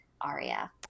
Aria